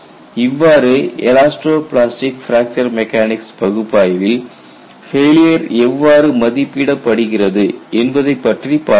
இவ்வாறு elasto plastic fracture mechanics பகுப்பாய்வில் failure எவ்வாறு மதிப்பிடப்படுகிறது என்பதை பற்றி பார்த்தோம்